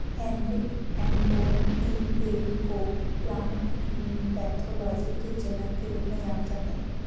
Heinrich Anton de Bary को plant pathology के जनक के रूप में जाना जाता है